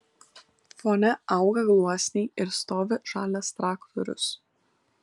fone auga gluosniai ir stovi žalias traktorius